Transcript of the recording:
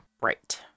Right